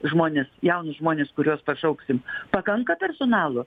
žmones jaunus žmones kuriuos pašauksim pakanka personalo